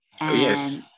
Yes